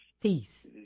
Peace